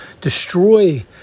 destroy